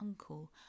uncle